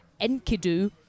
Enkidu